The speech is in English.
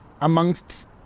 amongst